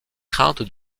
crainte